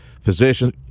physicians